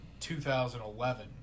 2011